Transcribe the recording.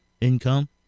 income